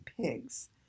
pigs